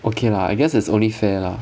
okay lah I guess it's only fair lah